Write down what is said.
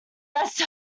rest